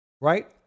Right